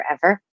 forever